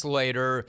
later